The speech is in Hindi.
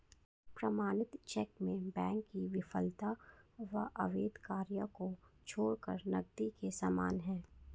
प्रमाणित चेक में बैंक की विफलता या अवैध कार्य को छोड़कर नकदी के समान है